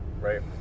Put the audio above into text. Right